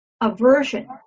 aversion